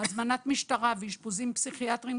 הזמנת משטרה ואשפוזים פסיכיאטריים.